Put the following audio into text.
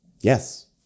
Yes